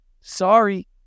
sorry